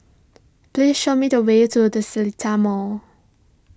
please show me the way to the Seletar Mall